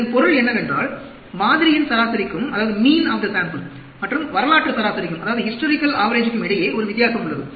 இதன் பொருள் என்னவென்றால் மாதிரியின் சராசரிக்கும் வரலாற்று சராசரிக்கும் இடையே ஒரு வித்தியாசம் உள்ளது